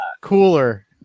cooler